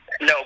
No